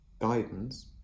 guidance